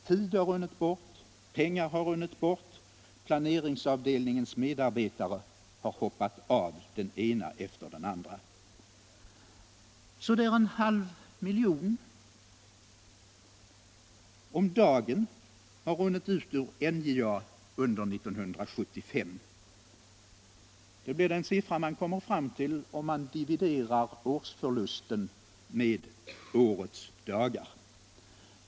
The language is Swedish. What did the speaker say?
Tid har runnit bort, pengar har runnit bort, planeringsavdelningens medarbetare har hoppat av, den ena efter den andra. Så där en halv miljon om dagen har runnit ut ur NJA under 1975. Det blir den siffran man kommer fram till, om man dividerar årsförlusten med årets dagar.